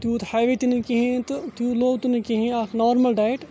تیوٗت ہایوِ تہِ نہٕ کِہیٖنۍ تہٕ تیوٗت لو تہٕ نہٕ کِہیٖنۍ اَکھ نارمَل ڈایٹ